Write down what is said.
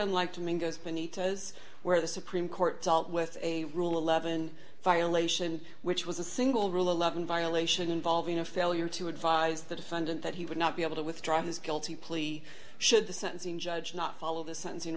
benito's where the supreme court dealt with a rule eleven violation which was a single rule eleven violation involving a failure to advise the defendant that he would not be able to withdraw his guilty plea should the sentencing judge not follow the sentencing